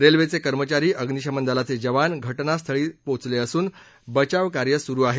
रेल्वेचे कर्मचारी अग्निशमन दलाचे जवान घ जास्थळी पोचले असून बचाव कार्य सुरु आहे